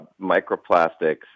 microplastics